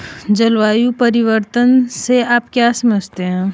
जलवायु परिवर्तन से आप क्या समझते हैं?